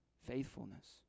faithfulness